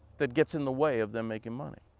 that gets in the way of them making money.